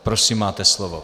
Prosím, máte slovo.